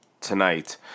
tonight